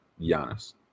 Giannis